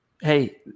Hey